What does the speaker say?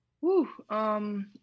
Woo